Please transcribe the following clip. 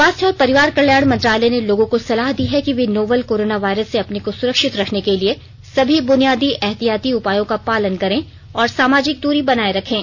स्वास्थ्य और परिवार कल्याण मंत्रालय ने लोगों को सलाह दी है कि वे नोवल कोरोना वायरस से अपने को सुरक्षित रखने के लिए सभी बुनियादी एहतियाती उपायों का पालन करें और सामाजिक दूरी बनाए रखें